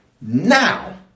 now